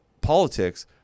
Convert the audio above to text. politics